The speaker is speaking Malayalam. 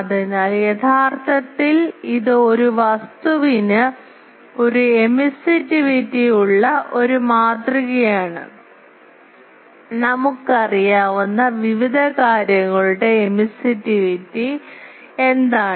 അതിനാൽ യഥാർത്ഥത്തിൽ ഇത് ഒരു വസ്തുവിന് ഒരു എമിസിവിറ്റി ഉള്ള ഒരു മാതൃകയാണ് അതിനാൽ നമുക്ക് അറിയാവുന്ന വിവിധ കാര്യങ്ങളുടെ എമിസിവിറ്റി എന്താണ്